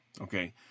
Okay